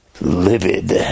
livid